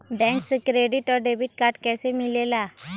Bank से credit और debit card कैसी मिलेला?